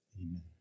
Amen